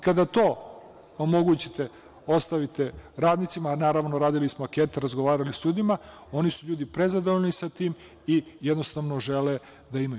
Kada to omogućite, ostavite radnicima, a naravno, radili smo ankete, razgovarali sa ljudima, oni su ljudi prezadovoljni sa tim i jednostavno žele da imaju.